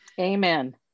Amen